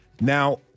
Now